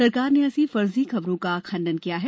सरकार ने ऐसी फर्जी खबरों का खंडन किया है